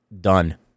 done